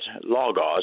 logos